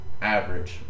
average